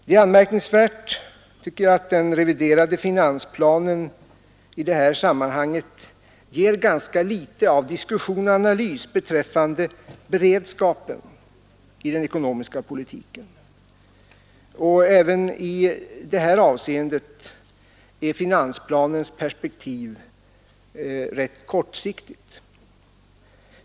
Det är anmärkning ärt, tycker jag, att den reviderade finansplanen ger ganska litet av diskussion och analys beträffande beredskapen i den ekonomiska politiken. Även i detta avseende är finansplanens perspektiv kortsiktigt.